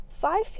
five